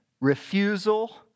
refusal